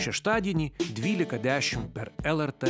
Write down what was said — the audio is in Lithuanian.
šeštadienį dvylika dešimt per lrt